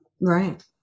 Right